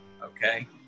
okay